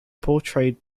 portrayed